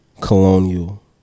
colonial